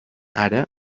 ara